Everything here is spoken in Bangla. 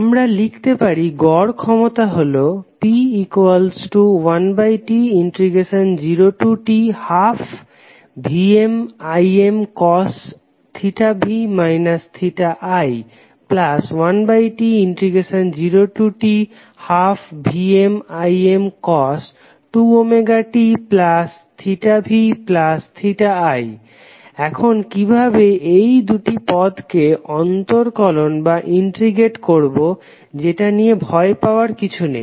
আমরা লিখতে পারি গড় ক্ষমতা হলো P1T0T12VmImcos v i 1T0T12VmImcos 2ωtvi এখন কিভাবে এই দুটি পদকে অন্তরকলন করবো যেটা নিয়ে ভয় পাবার কিছু নেই